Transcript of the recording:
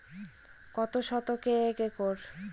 কত শতকে এক একর?